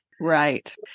Right